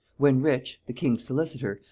when rich, the king's solicitor,